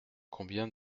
combien